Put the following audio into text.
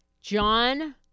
John